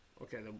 Okay